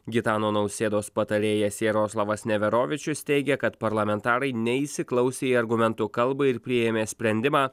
gitano nausėdos patarėjas jaroslavas neverovičius teigia kad parlamentarai neįsiklausė į argumentų kalbą ir priėmė sprendimą